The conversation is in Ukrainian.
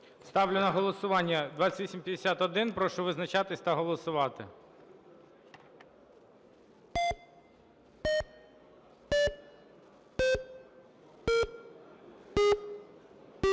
Ставлю на голосування 2853. Прошу визначатись та голосувати.